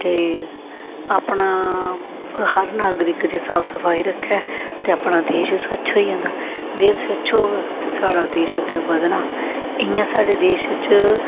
ते अपना हर नागरिक च साफ सफाई रक्खै ते अपना देश स्वच्छ होई जंदा देश स्वच्छ होग ते साढ़ा देश अग्गें बधना इ'यां साढ़े देश च